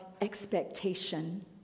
expectation